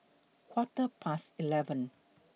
Quarter Past eleven